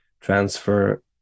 transfer